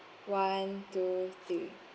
one two three